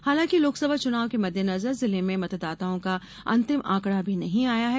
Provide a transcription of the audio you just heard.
हालांकि लोकसभा चुनाव के मद्देनजर जिले में मतदाताओं का अंतिम आंकड़ा अभी नहीं आया है